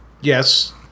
Yes